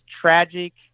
tragic